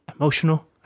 emotional